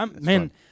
man